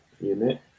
unit